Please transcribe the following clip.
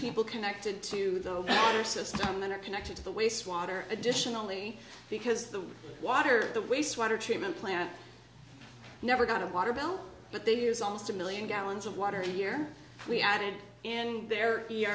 people connected to the other system that are connected to the waste water additionally because the water the waste water treatment plant never got a water bill but they use almost a million gallons of water here we added in the